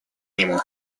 нему